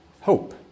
hope